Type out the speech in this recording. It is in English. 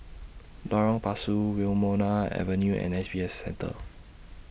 Lorong Pasu Wilmonar Avenue and S B F Center